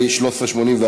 הצעת החוק עברה,